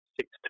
six